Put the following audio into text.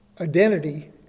identity